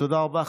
תודה רבה.